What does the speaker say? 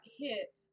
hit